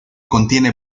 contiene